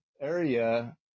area